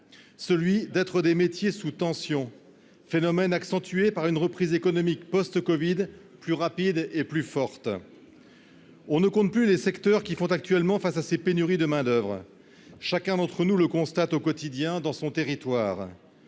celui d'être des métiers sous tension, phénomène accentué par une reprise économique post-Covid, plus rapide et plus forte, on ne compte plus les secteurs qui font actuellement face à ces pénuries de main-d'oeuvre, chacun d'entre nous le constate au quotidien dans son territoire,